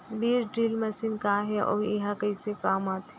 बीज drill machine का हे अऊ एहा कइसे काम करथे?